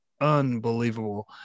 unbelievable